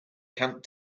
camp